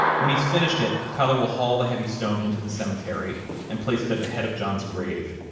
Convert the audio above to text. when he's finished it, tyler will haul the heavy stone into the cemetery and place it at the head of john's grave.